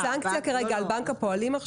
אין עכשיו סנקציה על בנק הפועלים על כך